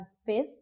space